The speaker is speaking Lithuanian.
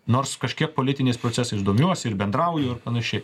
nors kažkiek politiniais procesais domiuosi ir bendrauju ir panašiai